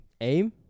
AIM